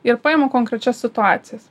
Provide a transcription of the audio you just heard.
ir paimu konkrečias situacijas